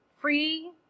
Free